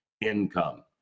income